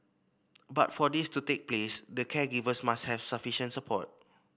but for this to take place the caregivers must have sufficient support